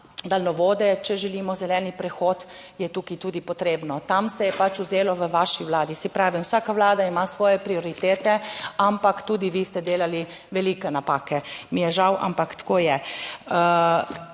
daljnovode, če želimo zeleni prehod, je tukaj tudi potrebno. Tam se je vzelo v vaši vladi, saj pravim, vsaka vlada ima svoje prioritete, ampak tudi vi ste delali velike napake, mi je žal, ampak tako je.